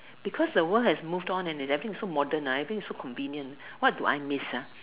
because the world has moved on and everything is so modern ah everything is so convenient what do I miss